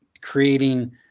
creating